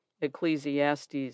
ecclesiastes